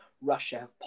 russia